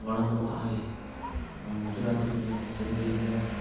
वणंदो आहे ऐं गुजरात में ऐं सिंधियुनि में